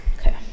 okay